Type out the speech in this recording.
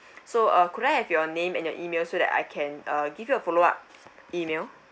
so uh could I have your name and your email so that I can uh give you a follow up email